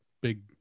big